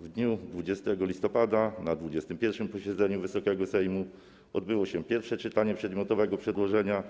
W dniu 20 listopada na 21. posiedzeniu Wysokiego Sejmu odbyło się pierwsze czytanie przedmiotowego przedłożenia